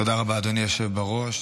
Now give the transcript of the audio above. תודה רבה, אדוני היושב בראש.